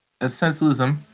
essentialism